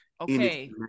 Okay